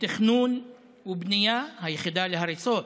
לתכנון ובנייה, היחידה להריסות,